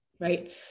right